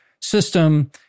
system